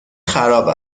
خراب